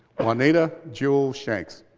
juanita jewel shanks.